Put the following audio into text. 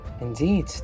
Indeed